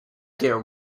dear